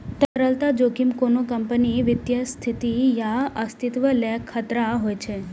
तरलता जोखिम कोनो कंपनीक वित्तीय स्थिति या अस्तित्वक लेल खतरा होइ छै